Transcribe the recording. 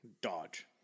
Dodge